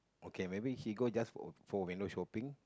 okay maybe she go just for for window shopping